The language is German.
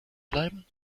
bleiben